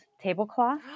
tablecloth